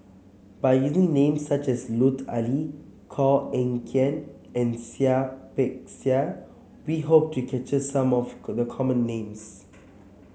by using names such as Lut Ali Koh Eng Kian and Seah Peck Seah we hope to capture some of the common names